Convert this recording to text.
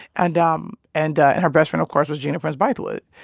and um and and her but and of course, was gina prince-bythewood.